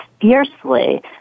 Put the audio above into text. fiercely